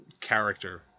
character